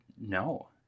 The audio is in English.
no